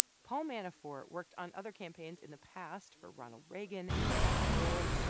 paul manafort worked on other campaigns in the past for ronald reagan and bob dole.